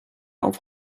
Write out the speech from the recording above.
auf